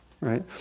right